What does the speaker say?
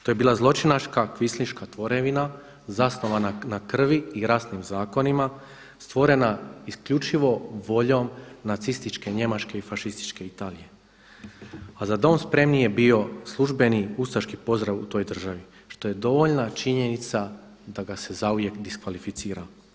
To je bila zločinačka, kvislinška tvorevina, zasnovana na krvi i rasnim zakonima, stvorena isključivo voljom nacističke Njemačke i fašističke Italije, a za dom spremni je bio službeni ustaški pozdrav u toj državi što je dovoljna činjenica da ga se zauvijek diskvalificira.